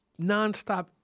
nonstop